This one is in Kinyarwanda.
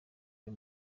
byo